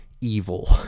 evil